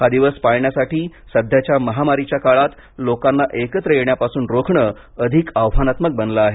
हा दिवस पाळण्यासाठी सध्याच्या महामारीच्या काळात लोकांना एकत्र येण्यापासून रोखणं अधिक आव्हानात्मक बनलं आहे